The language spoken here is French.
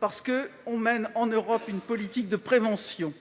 parce qu'on mène en Europe une politique de prévention.